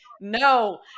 no